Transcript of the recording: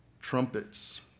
trumpets